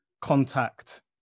contact